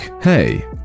Hey